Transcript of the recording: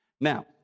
Now